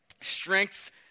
strength